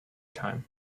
time